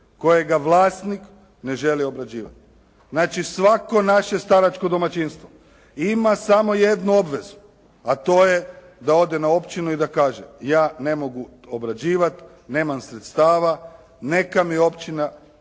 kojega vlasnik ne želi obrađivati. Znači svako naše staračko domaćinstvo ima samo jednu obvezu, a to je da ode na općinu i da kažem, ja ne mogu obrađivati, nemam sredstava, neka mi općina raspiše